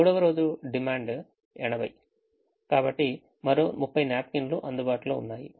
మూడవ రోజు డిమాండ్ 80 కాబట్టి మరో 30 న్యాప్కిన్లు అందుబాటులో ఉన్నాయి